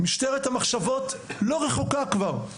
משטרת המחשבות כבר לא רחוקה משם.